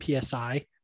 psi